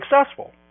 successful